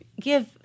give